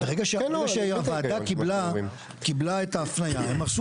--- ברגע שהוועדה קיבלה את ההפניה היא עשתה